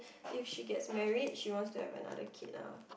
if she gets married she wants to have another kid ah